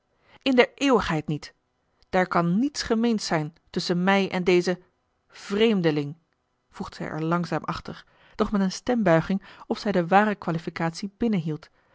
in der eeuwigheid niet daar kan niets gemeens zijn tusschen mij en dezen vreemdeling voegde zij er langzaam achter doch met eene stembuiging of zij de ware qualificatie binnenhield